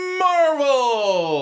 marvel